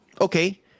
Okay